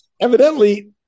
evidently